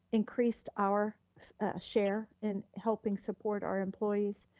increased our share in helping support our employees.